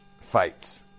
fights